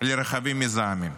לרכבים מזהמים.